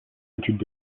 études